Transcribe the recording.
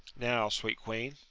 now, sweet queen.